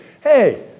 Hey